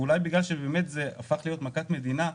ואולי בגלל שזה הפך למכת מדינה,